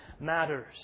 matters